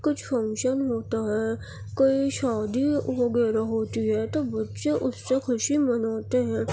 کچھ فنکشن ہوتا ہے کوئی شادی وغیرہ ہوتی ہے تو بچے اس سے خوشی مناتے ہیں